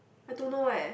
I don't know eh